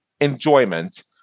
enjoyment